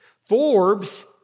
Forbes